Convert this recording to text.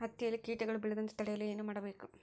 ಹತ್ತಿಯಲ್ಲಿ ಕೇಟಗಳು ಬೇಳದಂತೆ ತಡೆಯಲು ಏನು ಮಾಡಬೇಕು?